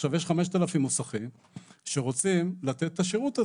עכשיו, יש 5,000 מוסכים שרוצים לתת את השירות הזה.